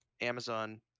Amazon